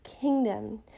kingdom